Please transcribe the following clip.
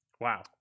Wow